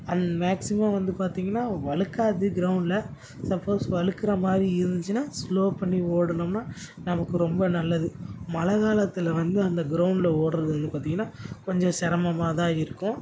அந் மேக்ஸிமம் வந்து பார்த்தீங்கன்னா வழுக்காது க்ரௌண்டில் சப்போஸ் வழுக்குற மாதிரி இருந்துச்சுன்னா ஸ்லோ பண்ணி ஓடினோம்னா நமக்கு ரொம்ப நல்லது மழை காலத்தில் வந்து அந்த க்ரௌண்டில் ஓடுறது வந்து பார்த்தீங்கன்னா கொஞ்சம் சிரமமா தான் இருக்கும்